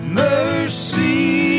mercy